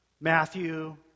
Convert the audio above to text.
Matthew